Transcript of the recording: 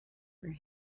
where